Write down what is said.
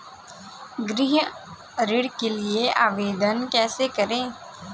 गृह ऋण के लिए आवेदन कैसे करें?